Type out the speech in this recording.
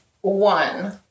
One